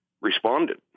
responded